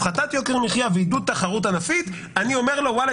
הפחתת יוקר מחיה ועידוד תחרות ענפית אני אומר לו: ואלה,